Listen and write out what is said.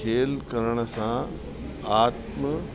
खेल करण सां आत्म